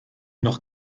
noch